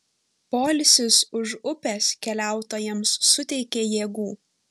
poilsis už upės keliautojams suteikė jėgų